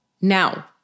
now